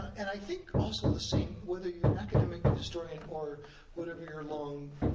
and i think also the same, whether you're an academic historian, or whatever your long,